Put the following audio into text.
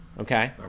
okay